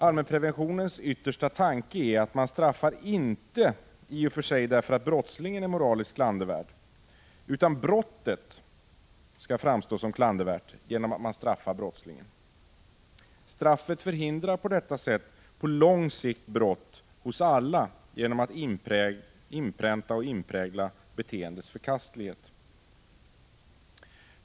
Allmänpreventionens yttersta tanke är att man inte straffar därför att brottslingen är moraliskt klandervärd, utan för att brottet skall framstå som klandervärt genom att man straffar brottslingen. Straffet förhindrar på detta sätt på lång sikt brott hos alla, genom att beteendets förkastlighet inpräntas.